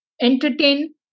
entertain